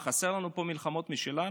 מה, חסר לנו פה מלחמות משלנו?